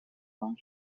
方式